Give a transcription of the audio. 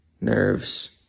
nerves